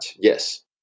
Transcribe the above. Yes